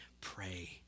pray